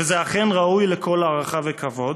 וזה אכן ראוי לכל הערכה וכבוד,